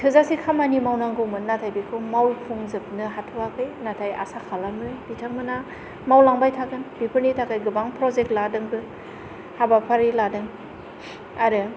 थोजासे खामानि मावनांगौमोन नाथाय बेखौ मावफुंजोबनो हाथ'याखै नाथाय आसा खालामो बिथां मोना मावलांबाय थागोन बेफोरनि थाखाय गोबां प्रजेक्ट लादोंबो हाबाफारि लादों आरो